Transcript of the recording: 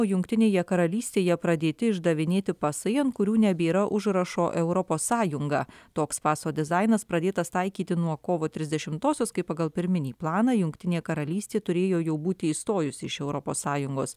jungtinėje karalystėje pradėti išdavinėti pasai ant kurių nebėra užrašo europos sąjunga toks paso dizainas pradėtas taikyti nuo kovo trisdešimtosios kai pagal pirminį planą jungtinė karalystė turėjo jau būti išstojusi iš europos sąjungos